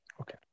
Okay